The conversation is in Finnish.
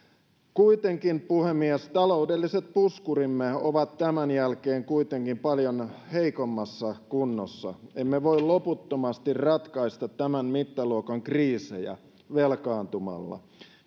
kuitenkin puhemies taloudelliset puskurimme ovat tämän jälkeen paljon heikommassa kunnossa emme voi loputtomasti ratkaista tämän mittaluokan kriisejä velkaantumalla